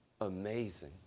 amazing